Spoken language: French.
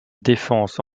défense